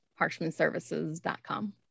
harshmanservices.com